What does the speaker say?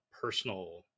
personal